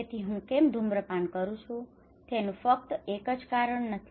તેથી હું કેમ ધૂમ્રપાન કરું છું તેનું ફક્ત એક કારણ નથી